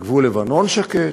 שגבול לבנון שקט,